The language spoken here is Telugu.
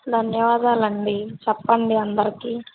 ధన్యవాదాలండీ చెప్పండి అందరికి